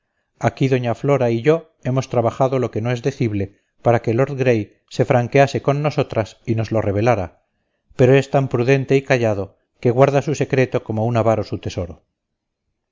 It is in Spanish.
aquí doña flora y yo hemos trabajado lo que no es decible para que lord gray se franquease con nosotras y nos lo revelara pero es tan prudente y callado que guarda su secreto como un avaro su tesoro